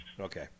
Okay